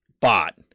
bot